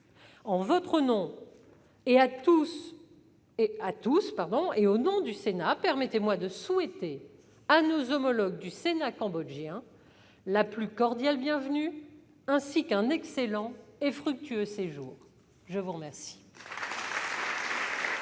en votre nom à tous et au nom du Sénat, permettez-moi de souhaiter à nos homologues du Sénat cambodgien la plus cordiale bienvenue, ainsi qu'un excellent et fructueux séjour. Nous reprenons